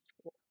school